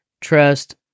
trust